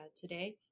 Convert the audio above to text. today